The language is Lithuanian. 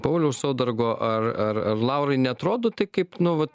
pauliaus saudargo ar ar ar laurai neatrodo tai kaip nu vat